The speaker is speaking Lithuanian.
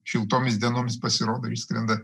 šiltomis dienoms pasirodo išskrenda